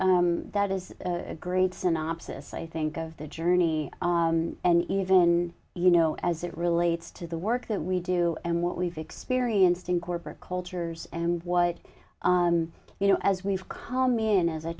that is a good synopsis i think of the journey and even you know as it relates to the work that we do and what we've experienced in corporate cultures and what you know as we've come in as